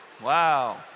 Wow